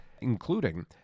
including